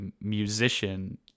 musician